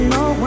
no